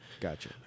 Gotcha